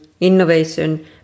innovation